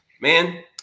man